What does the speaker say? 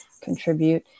contribute